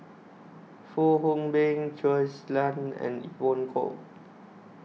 Fong Hoe Beng Shui Lan and Evon Kow